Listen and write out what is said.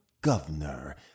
governor